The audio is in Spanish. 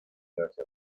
hacia